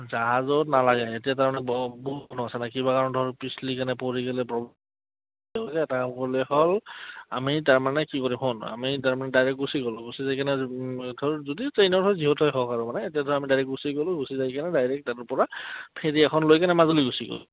জাহাজত নালাগে এতিয়া তাৰমানে বহু কিবা কাৰণে ধৰ পিছলি কেনে পৰি গ'লে প্ৰ এটা গ'লে হ'ল আমি তাৰমানে কি কৰিম শুন আমি তাৰমানে ডাইৰেক্ট গুচি গ'লোঁ গুচি যাই কিনে ধৰ যদি ট্ৰেইনৰ হয় যিহত হয় হওক আৰু এতিয়া ধৰ আমি ডাইৰেক্ট গুচি গ'লো গুচি যাই কিনে ডাইৰেক্ট তাৰপৰা ফেৰি এখন লৈ কিনে মাজুলী গুচি গ'লোঁ